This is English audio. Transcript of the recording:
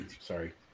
sorry